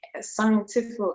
scientific